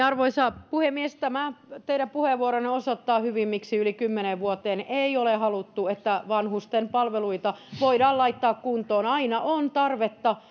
arvoisa puhemies tämä teidän puheenvuoronne osoittaa hyvin miksi yli kymmeneen vuoteen ei olla haluttu että vanhusten palveluita voidaan laittaa kuntoon aina on tarvetta